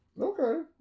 Okay